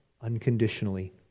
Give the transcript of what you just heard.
unconditionally